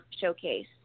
showcase